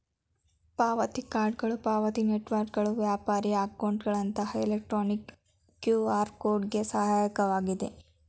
ಪಾವತಿ ಕಾರ್ಡ್ಗಳು ಪಾವತಿ ನೆಟ್ವರ್ಕ್ಗಳು ವ್ಯಾಪಾರಿ ಅಕೌಂಟ್ಗಳಂತಹ ಎಲೆಕ್ಟ್ರಾನಿಕ್ ಕ್ಯೂಆರ್ ಕೋಡ್ ಗೆ ಸಹಾಯಕವಾಗಿದೆ